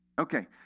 Okay